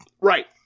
Right